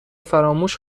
فراموش